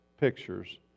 pictures